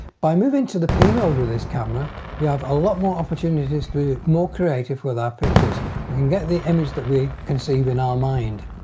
by moving to the p mode with this camera we have a lot more opportunities to be more creative with our pictures we can get the image that we conceived in our mind.